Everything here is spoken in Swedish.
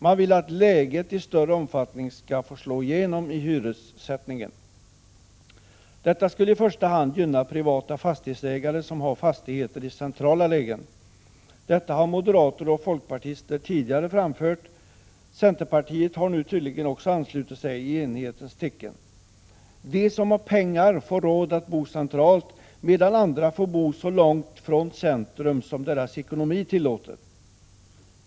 Man vill att bostadens läge i större omfattning skall få slå igenom i hyressättningen. Detta skulle i första hand gynna privata fastighetsägare som har fastigheter i centrala lägen. Detta förslag har moderater och folkpartister tidigare framfört. Centerpartiet har nu tydligen anslutit sig, i enighetens tecken. Det skulle innebära att de som har pengar får råd att bo centralt, medan andra får bo så långt från centrum som deras ekonomi tillåter.